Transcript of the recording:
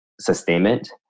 sustainment